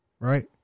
Right